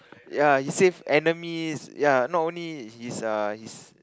ya he saved enemies ya not only his err his